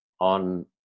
on